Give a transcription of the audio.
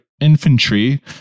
Infantry